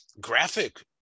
graphic